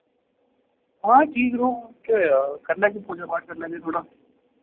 हां ठीक न ओह् केह् होआ करी लैगे पूजा पाठ कर लैगे थोह्ड़ा